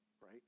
right